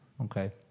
Okay